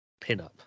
pinup